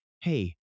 Hey